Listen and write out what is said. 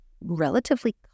relatively